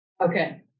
Okay